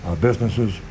businesses